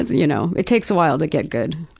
ah you know it takes a while to get good.